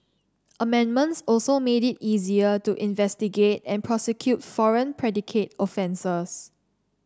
amendments also made it easier to investigate and prosecute foreign predicate offences